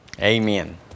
Amen